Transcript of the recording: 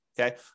Okay